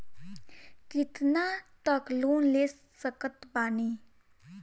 कितना तक लोन ले सकत बानी?